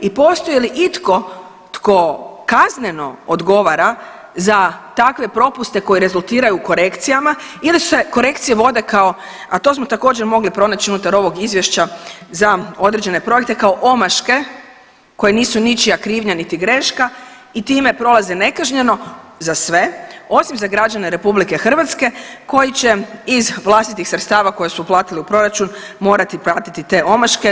I postoji li itko tko kazneno odgovara za takve propuste koji rezultiraju korekcijama ili se korekcije vode kao a to smo također mogli pronaći unutar ovog izvješća za određene projekte kao omaške koje nisu ničija krivnja, niti greška i time prolaze nekažnjeno za sve osim za građane Republike Hrvatske koji će iz vlastitih sredstava koje su uplatili u proračun morati pratiti te omaške.